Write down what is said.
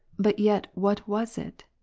but yet what was it?